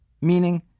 meaning